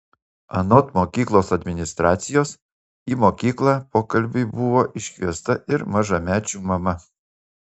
anot mokyklos administracijos į mokyklą pokalbiui buvo iškviesta ir mažamečių mama